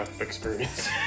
experience